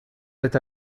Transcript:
that